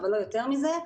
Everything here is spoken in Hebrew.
אבל לא יותר מזה,